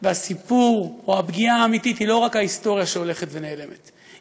והסיפור או הפגיעה האמיתית היא לא רק ההיסטוריה שהולכת ונעלמת,